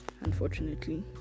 unfortunately